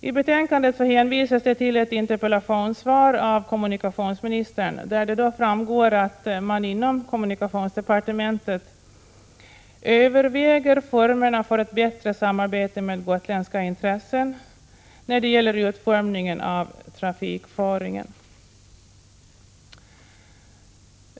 I betänkandet hänvisas till ett interpellationssvar av kommunikationsministern, där det framgår att man inom kommunikationsdepartementet överväger formerna för ett bättre samarbete med gotländska intressen när det gäller utformningen av trafikföringen.